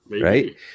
Right